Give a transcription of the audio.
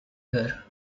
her